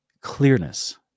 clearness